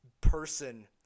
person